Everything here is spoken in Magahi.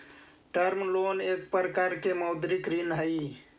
टर्म लोन एक प्रकार के मौदृक ऋण हई